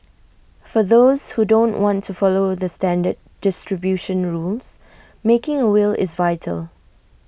for those who don't want to follow the standard distribution rules making A will is vital